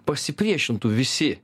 pasipriešintų visi